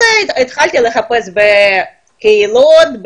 התחלתי לחפש בקהילות,